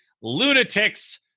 lunatics